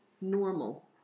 normal